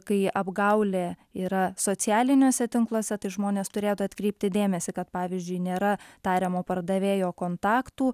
kai apgaulė yra socialiniuose tinkluose tai žmonės turėtų atkreipti dėmesį kad pavyzdžiui nėra tariamo pardavėjo kontaktų